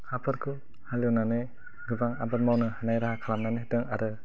हाफोरखौ हालेवनानै गोबां आबाद मावनो हानाय राहा खालामनानै होदों आरो